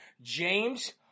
James